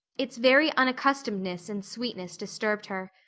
its very unaccustomedness and sweetness disturbed her.